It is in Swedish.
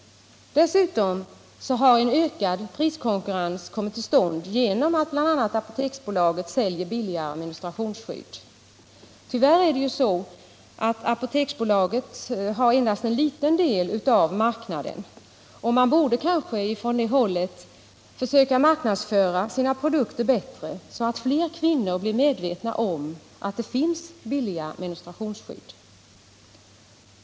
Dessutom har en ökad priskonkurrens kommit till stånd genom att bl.a. Apoteksbolaget säljer billigare menstruationsskydd. Tyvärr har Apoteksbolaget endast en liten del av marknaden, och man borde kanske på det hållet försöka marknadsföra sina produkter bättre, så att flera kvinnor blir medvetna om att det finns billiga menstruationsskydd.